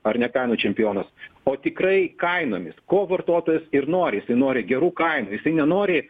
ar ne kainų čempionas o tikrai kainomis ko vartotojas ir nori jisai nori gerų kainų jisai nenori